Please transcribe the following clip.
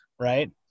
Right